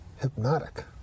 hypnotic